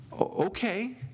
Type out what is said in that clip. Okay